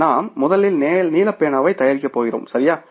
எனவே நாம் முதலில் நீல பேனாவை தயாரிக்கப்போகிறோம் சரியா